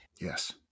Yes